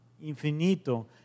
infinito